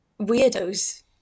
weirdos